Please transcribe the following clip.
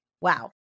wow